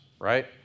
right